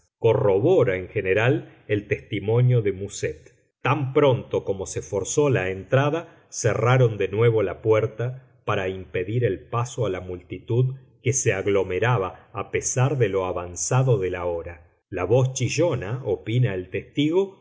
corrobora en general el testimonio de muset tan pronto como se forzó la entrada cerraron de nuevo la puerta para impedir el paso a la multitud que se aglomeraba a pesar de lo avanzado de la hora la voz chillona opina el testigo